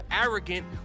arrogant